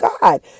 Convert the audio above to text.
God